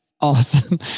Awesome